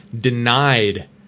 denied